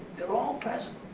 they're all present.